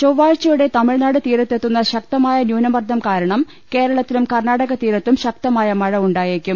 ചൊവ്വാഴ്ച്ചയോടെ തമിഴ്നാട് തീര്ത്തെത്തുന്ന ശക്തമായ ന്യൂനമർദം കാരണം കേരളത്തിലും കർണാട്ടക തീരത്തും ശക്ത മായ മഴ ഉണ്ടായേക്കും